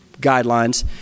guidelines